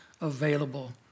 available